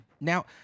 now